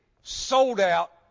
sold-out